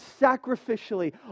sacrificially